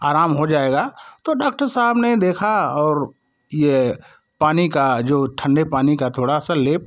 आराम हो जाएगा तो डाक्टर साहब ने देखा और ये पानी का जो ठण्डे पानी का थोड़ा सा लेप